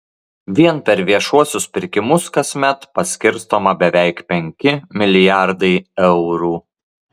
vien per viešuosius pirkimus kasmet paskirstoma beveik penki milijardai eurų